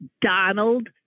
Donald